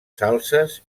salzes